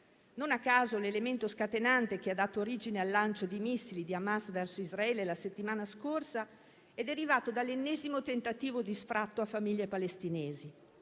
Non a caso, l'elemento scatenante che ha dato origine al lancio di missili di Hamas verso Israele la settimana scorsa è derivato dall'ennesimo tentativo di sfratto a famiglie palestinesi.